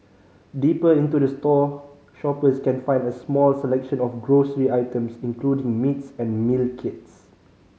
deeper into the store shoppers can find a small selection of grocery items including meats and meal kits